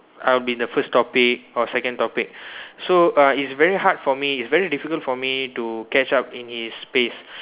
I'll be the first topic or second topic so uh it's very hard for me it's very difficult for me to catch up in his pace